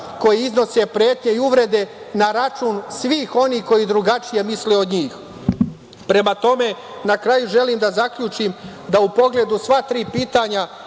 koja iznosi pretnje i uvrede na račun svih onih koji drugačije misle od njih. Prema tome, na kraju želim da zaključim da u pogledu sva tri pitanja,